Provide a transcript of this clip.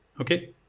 Okay